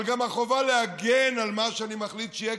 אבל גם החובה להגן על מה שאני מחליט שיהיה